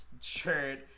shirt